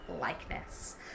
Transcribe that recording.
likeness